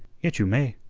yet you may.